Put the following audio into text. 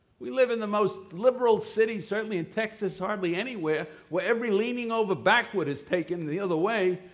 we live in the most liberal city certainly in texas, hardly anywhere, where every leaning over backward is taken the other way,